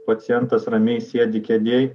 pacientas ramiai sėdi kėdėj